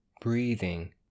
breathing